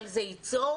אבל זה יצור